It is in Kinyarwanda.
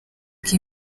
bw’i